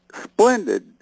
splendid